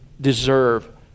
deserve